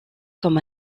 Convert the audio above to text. comme